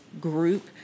group